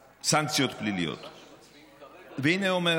והינה, אומר